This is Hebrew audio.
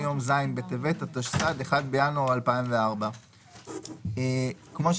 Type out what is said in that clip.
יום ז' בטבת התשס"ד (1 בינואר 2004); כבר היום,